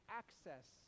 access